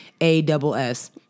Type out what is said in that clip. A-double-S